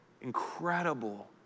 Incredible